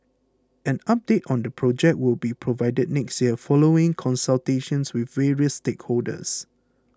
an update on the project will be provided next year following consultations with various stakeholders